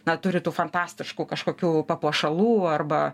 na turi tų fantastiškų kažkokių papuošalų arba